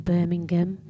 Birmingham